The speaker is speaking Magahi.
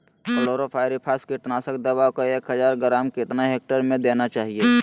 क्लोरोपाइरीफास कीटनाशक दवा को एक हज़ार ग्राम कितना हेक्टेयर में देना चाहिए?